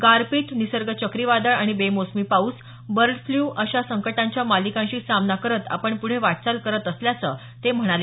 गारपीट निसर्ग चक्रीवादळ आणि बेमोसमी पाऊस बर्ड प्ल्यू अशा संकटाच्या मालिकांशी सामना करत आपण पुढे वाटचाल करत असल्याचं ते म्हणाले